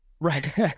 Right